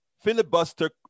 filibuster